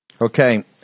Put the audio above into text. Okay